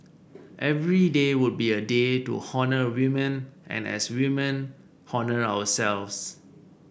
every day would be a day to honour women and as women honour ourselves